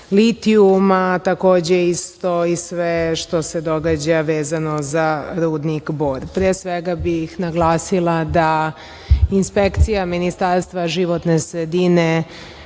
litijuma, takođe isto i sve što se događa vezano za rudnik Bor. Pre svega bih naglasila da inspekcija Ministarstva životne sredine